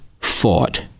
fought